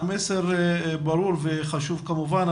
סיגל, המסר ברור וחשוב כמובן.